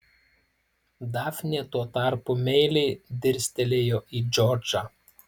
dafnė tuo tarpu meiliai dirstelėjo į džordžą